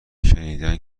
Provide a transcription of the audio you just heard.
شنیدین